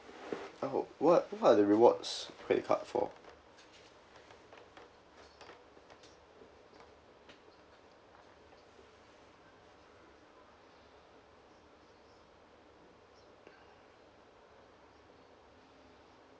oh what what are the rewards credit card for